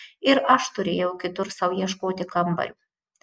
ir aš turėjau kitur sau ieškoti kambario